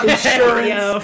Insurance